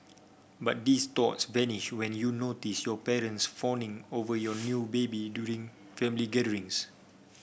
but these thoughts vanished when you notice your parents fawning over your new baby during family gatherings